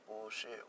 bullshit